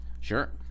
sure